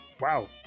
wow